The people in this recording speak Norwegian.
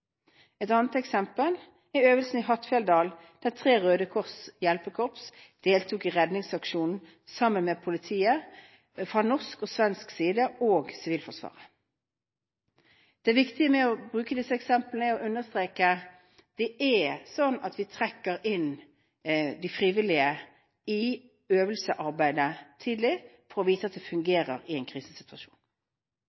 Et annet eksempel er øvelsen i Hattfjelldal der tre Røde Kors hjelpekorps deltok i redningsaksjonen sammen med politi fra norsk og svensk side og Sivilforsvaret. Det viktige med å bruke disse eksemplene er å understreke at vi trekker inn de frivillige i øvelsesarbeidet tidlig for å vite at det